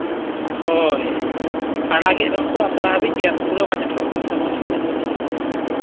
ᱦᱳᱭ ᱟᱲᱟᱜᱮᱫ ᱨᱮᱦᱚᱸ ᱠᱚ ᱟᱛᱨᱟ ᱦᱟᱹᱵᱤᱡ ᱜᱮ ᱯᱩᱨᱟᱹ